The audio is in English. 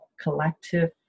collective